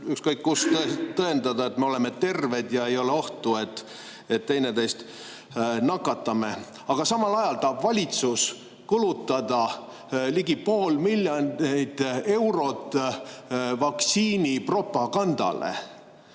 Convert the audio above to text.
ükskõik kus tõendada, et me oleme terved ja ei ole ohtu, et üksteist nakataksime. Samal ajal tahab valitsus kulutada ligi pool miljonit eurot vaktsiinipropagandale.